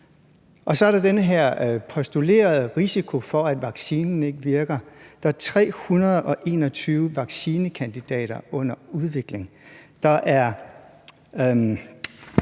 Og så er der den her postulerede risiko for, at vaccinen ikke virker. Der er 321 vaccinekandidater under udvikling.